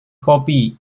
kopi